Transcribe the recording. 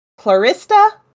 Clarista